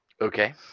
Okay